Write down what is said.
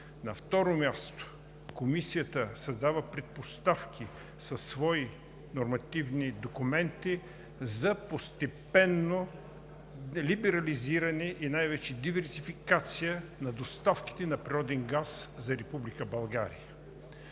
На второ място, Комисията създава предпоставки със свои нормативни документи за постепенно либерализиране и най-вече диверсификация на доставките на природен газ за